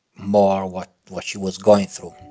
more what what she was going so